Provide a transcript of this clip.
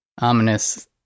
ominous